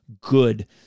good